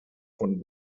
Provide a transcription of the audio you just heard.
von